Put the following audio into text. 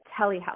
telehealth